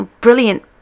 Brilliant